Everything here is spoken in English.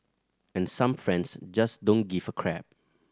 and some friends just don't give a crap